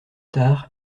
tard